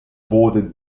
bordered